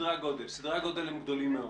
סדרי הגודל הם גדולים מאוד.